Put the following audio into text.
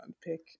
Pick